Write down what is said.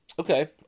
Okay